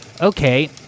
okay